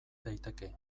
daiteke